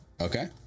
Okay